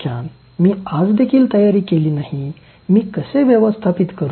" मी आज देखील तयारी केली नाही मी कसे व्यवस्थापित करू